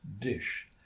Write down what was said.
dish